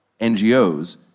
NGOs